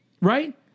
Right